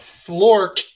flork